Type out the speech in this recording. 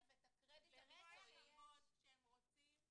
ואת הקרדיט -- עם כל הכבוד שהם רוצים,